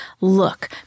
look